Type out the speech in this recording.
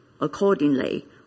accordingly